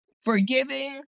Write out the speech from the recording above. forgiving